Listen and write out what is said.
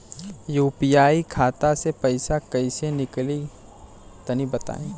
UPI खाता से पइसा कइसे निकली तनि बताई?